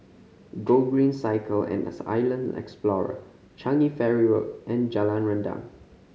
Gogreen Cycle and Island Explorer Changi Ferry Road and Jalan Rendang